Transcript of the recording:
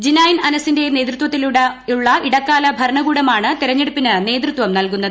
G9 അനസിന്റെ നേതൃത്വത്തിലുള്ള ഇടക്കാല ഭരണകൂടമാണ് തെരഞ്ഞെടുപ്പിന് നേതൃത്വം നൽകുന്നത്